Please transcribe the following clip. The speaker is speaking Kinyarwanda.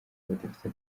badafite